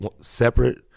separate